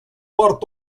part